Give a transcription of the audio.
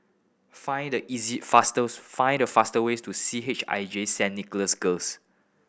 find the easy fastest find the fast way to C H I J Saint Nicholas Girls